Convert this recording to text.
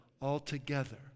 altogether